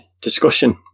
discussion